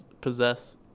possess